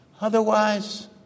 Otherwise